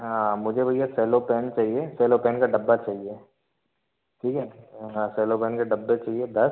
हाँ मुझे भैया सेलो पेन चाहिए सेलो पेन का डब्बा चाहिए ठीक है हाँ सेलो पेन के डब्बे चाहिए दस